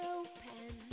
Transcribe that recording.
open